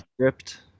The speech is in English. script